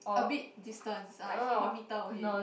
a bit distance like one meter away